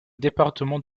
département